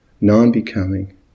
non-becoming